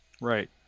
Right